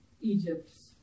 Egypt